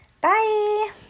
Bye